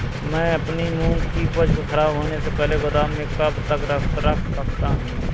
मैं अपनी मूंग की उपज को ख़राब होने से पहले गोदाम में कब तक रख सकता हूँ?